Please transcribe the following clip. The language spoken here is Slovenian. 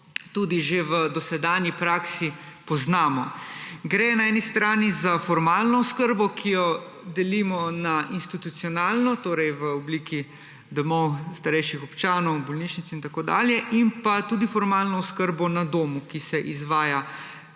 tudi že v dosedanji praksi poznamo. Gre na eni strani za formalno oskrbo, ki jo delimo na institucionalno, torej v obliki domov starejših občanov, bolnišnic in tako dalje, in pa tudi formalno oskrbo na domu, ki se izvaja